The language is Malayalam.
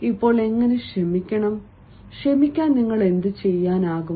ഇപ്പോൾ എങ്ങനെ ക്ഷമിക്കണം ക്ഷമിക്കാൻ നിങ്ങൾക്ക് എന്തുചെയ്യാനാകും